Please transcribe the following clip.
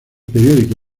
periódico